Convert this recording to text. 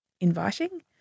inviting